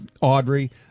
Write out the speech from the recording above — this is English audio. Audrey